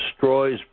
destroys